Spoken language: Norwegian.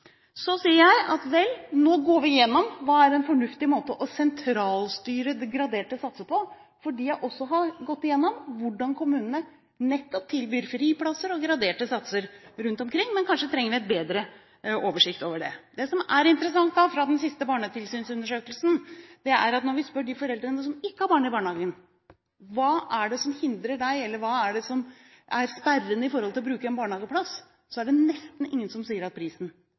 Så sier jeg at nå går vi gjennom dette – hva er en fornuftig måte å sentralstyre graderte satser på? For jeg har også gått gjennom hvordan kommunene nettopp tilbyr friplasser og graderte satser rundt omkring, men kanskje trenger vi en bedre oversikt over det. Det som er interessent, fra den siste barnetilsynsundersøkelsen, er svaret vi får når vi spør de foreldrene som ikke har barn i barnehagen: Hva er det som hindrer deg i – hva er sperren for – å bruke en barnehageplass? Da er det nesten ingen som sier at prisen